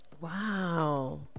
Wow